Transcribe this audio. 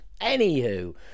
anywho